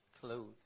clothes